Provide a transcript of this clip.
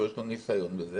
שהוא יש לו ניסיון בזה,